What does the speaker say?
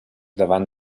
davant